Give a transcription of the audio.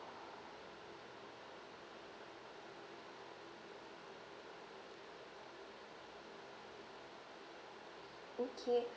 okay